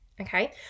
Okay